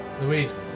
Louise